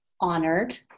honored